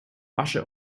asche